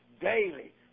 daily